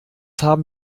haben